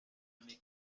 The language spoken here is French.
mes